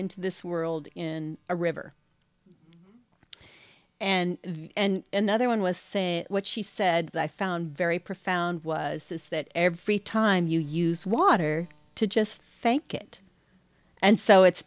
into this world in a river and and the other one was saying what she said i found very profound was this that every time you use water to just thank it and so it's